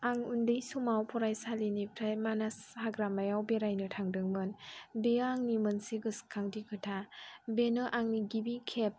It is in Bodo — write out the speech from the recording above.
आं उन्दै समाव फरायसालिनिफ्राय मानास हाग्रामायाव बेरायनो थांदोंमोन बेयो आंनि मोनसे गोसोखांथि खोथा बेनो आंनि गिबि खेब